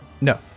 No